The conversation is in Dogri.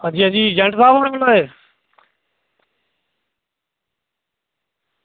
आं जी आं जी एजैंट साहब होर बोल्ला दे